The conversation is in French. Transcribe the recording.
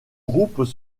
groupes